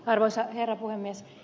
arvoisa herra puhemies